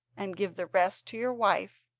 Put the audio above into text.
and give the rest to your wife,